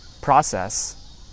process